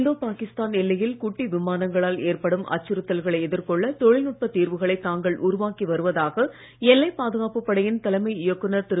இந்தோ பாகிஸ்தான் எல்லையில் குட்டி விமானங்களால் ஏற்படும் அச்சுறுத்தல்களை எதிர்கொள்ள தொழில்நுட்பத் தீர்வுகளை தாங்கள் உருவாக்கி வருவதாக எல்லைப் பாதுகாப்புப் படையின் தலைமை இயக்குநர் திரு